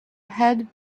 had